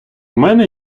мене